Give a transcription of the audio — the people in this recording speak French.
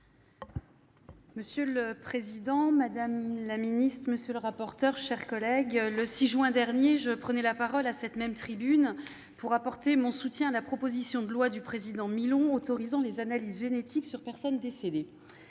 Monsieur le président, madame la secrétaire d'État, monsieur le rapporteur, mes chers collègues, le 6 juin dernier, je prenais la parole à cette même tribune pour apporter mon soutien à la proposition de loi du président Milon autorisant les analyses génétiques sur personnes décédées.